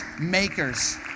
makers